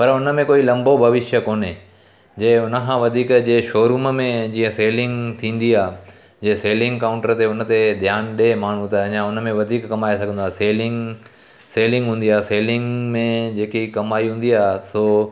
पर हुनमें कोई लंबो भविष्य कोन्हे जंहिं हुन खां वधीक जे शोरूम में जीअं सेलिंग थींदी आहे जीअं सेलिंग काउंटर ते हुनते ध्यानु ॾे माण्हू त अञा हुनमें वधीक कमाए सघंदो आहे सेलिंग सेलिंग हूंदी आहे सेलिंग में जेकी कमाई हूंदी आहे सो